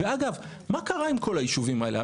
ואגב, מה קרה עם כל הישובים האלה?